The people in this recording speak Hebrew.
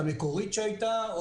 המקורית שהייתה,